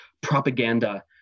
propaganda